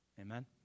Amen